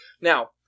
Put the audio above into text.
Now